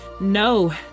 No